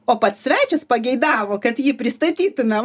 o pats svečias pageidavo kad jį pristatytumėm